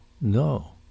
No